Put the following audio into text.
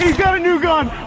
new gun!